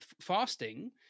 fasting